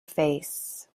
face